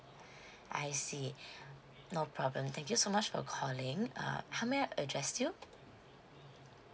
I see no problem thank you so much for calling uh how may I address you